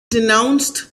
denounced